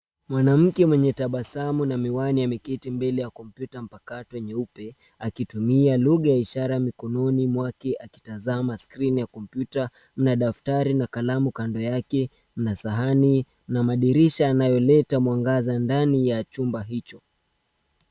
Mwanamke mwenye tabasamu na miwani ameketi mbele ya kompyuta mpakato nyeupe akitumia lugha ishara mikononi mwake akitazama skrini ya kompyuta na daftari na kalamu kando yake na sahani na madirisha yanayoleta mwangaza ndani ya chumba hicho.